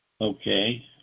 Okay